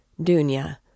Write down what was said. Dunya